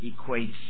equates